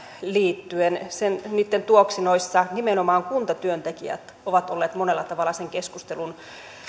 liittyen niitten tuoksinoissa nimenomaan kuntatyöntekijät ovat olleet monella tavalla sen keskustelun